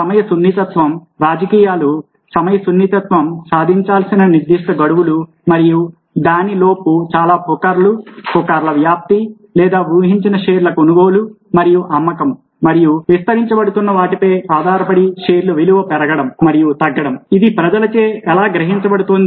సమయ సున్నితత్వం రాజకీయాలు సమయ సున్నితత్వం సాధించాల్సిన నిర్దిష్ట గడువులు మరియు దానిలోపు చాలా పుకార్లు పుకార్ల వ్యాప్తి లేదా ఊహించిన షేర్ల కొనుగోలు మరియు అమ్మకం మరియు విస్తరించబడుతున్న వాటిపై ఆధారపడి షేర్ల విలువ పెరగడం మరియు తగ్గడం ఇది ప్రజలచే ఎలా గ్రహించబడుతోంది